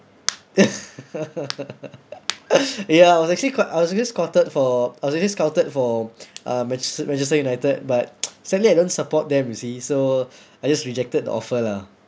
ya I was actually quite I was actually scouted for I was actually scouted uh manchester manchester united but sadly I don't support them you see so I just rejected the offer lah